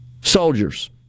soldiers